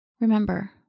Remember